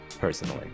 personally